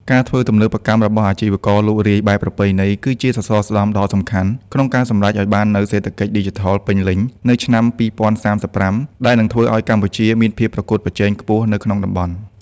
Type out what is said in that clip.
ការធ្វើទំនើបកម្មរបស់អាជីវករលក់រាយបែបប្រពៃណី គឺជាសសរស្តម្ភដ៏សំខាន់ក្នុងការសម្រេចឱ្យបាននូវ សេដ្ឋកិច្ចឌីជីថលពេញលេញ នៅឆ្នាំ ២០៣៥ ដែលនឹងធ្វើឱ្យកម្ពុជាមានភាពប្រកួតប្រជែងខ្ពស់នៅក្នុងតំបន់។